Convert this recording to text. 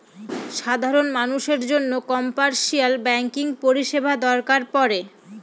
সাধারন মানুষের জন্য কমার্শিয়াল ব্যাঙ্কিং পরিষেবা দরকার পরে